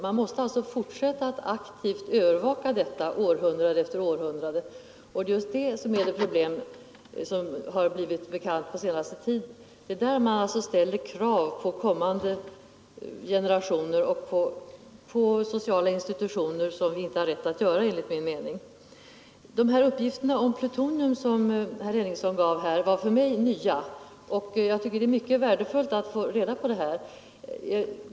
Man måste alltså fortsätta att aktivt övervaka detta avfall århundrade efter århundrade. Det är just det problemet som har blivit bekant den senaste tiden. Det är där man ställer sådana krav på kommande generationer och sociala institutioner som vi inte har rätt att göra enligt min mening. De uppgifter om plutonium som herr Henningsson gav var för mig nya. Jag tycker det var mycket värdefullt att få reda på detta.